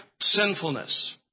sinfulness